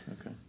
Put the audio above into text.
Okay